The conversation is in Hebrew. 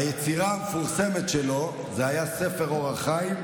היצירה המפורסמת שלו זה היה ספר "אור החיים",